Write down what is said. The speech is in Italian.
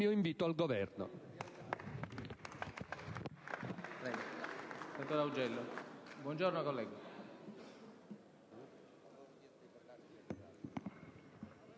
mio invito al Governo.